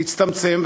תצטמצם,